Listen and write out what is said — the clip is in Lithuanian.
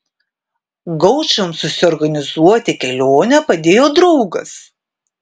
gaučams susiorganizuoti kelionę padėjo draugas